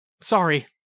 Sorry